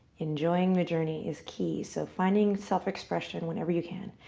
enjoying the journey is key. so finding self-expression whenever you can.